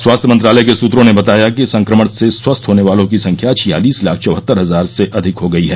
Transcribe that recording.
स्वास्थ्य मंत्रालय के सूत्रों ने बताया कि संक्रमण से स्वस्थ होने वालों की संख्या छियालिस लाख चौहत्तर हजार से अधिक हो गई है